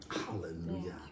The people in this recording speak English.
Hallelujah